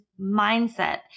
mindset